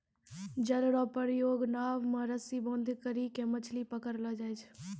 जाल रो प्रयोग नाव मे रस्सी बांधी करी के मछली पकड़लो जाय छै